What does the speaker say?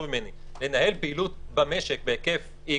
ממני נניח שאפשר לנהל פעילות במשק בהיקף X,